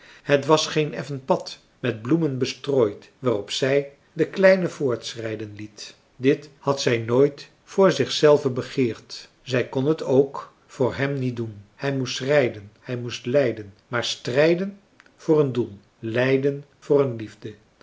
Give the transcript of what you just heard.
het was geen effen pad met bloemen bestrooid waarop zij den kleine voortschrijden liet dit had zij nooit voor zich zelve begeerd zij kon t ook voor hem niet doen hij moest strijden hij moest lijden maar strijden voor een doel lijden voor een liefde